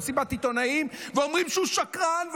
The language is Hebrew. במסיבת עיתונאים, ואומרים שהוא שקרן.